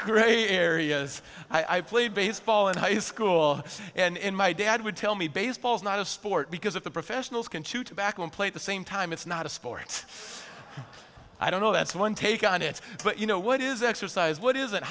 areas i played baseball in high school and my dad would tell me baseball is not a sport because if the professionals can chew tobacco and play at the same time it's not a sport i don't know that's one take on it but you know what is exercise what is